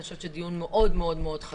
אני חושבת שזה דיון מאוד מאוד חשוב.